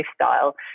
lifestyle